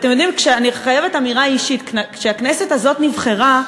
אני חייבת לומר אמירה אישית: כשהכנסת הזאת נבחרה,